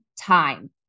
time